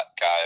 guy